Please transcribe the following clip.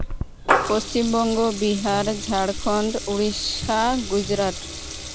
Paschim Banga Bihar Jharkhand Odisha Gujarat